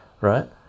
right